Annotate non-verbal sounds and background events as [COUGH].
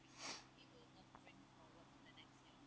[BREATH]